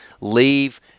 leave